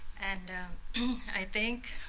and i think